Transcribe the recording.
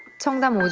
cheongdam.